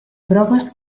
proves